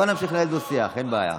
בוא נמשיך לנהל דו-שיח, אין בעיה.